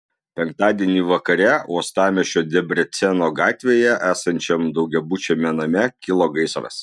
penktadienį vakare uostamiesčio debreceno gatvėje esančiam daugiabučiame name kilo gaisras